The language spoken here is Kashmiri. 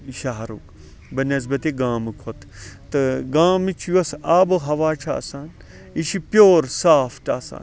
شَہرُک بنسبتہ گامک کھۄتہ تہٕ گامٕچ یوٚس آب و ہَوا چھِ آسان یہِ چھ پیٚور صافٹ آسان